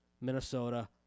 Minnesota